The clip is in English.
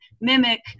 mimic